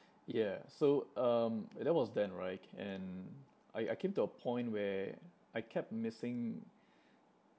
yeah so um that was then right and I I came to a point where I kept missing